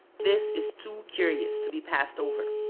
this is too curious to be passed over.